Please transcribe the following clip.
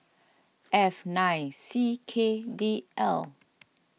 F nine C K D L